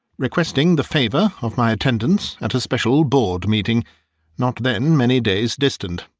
requesting the favour of my attendance at a special board meeting not then many days distant.